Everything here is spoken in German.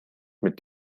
mit